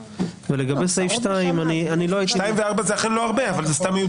זה אכן לא הרבה, אבל זה סתם מיותר.